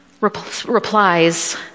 replies